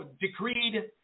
decreed